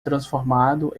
transformado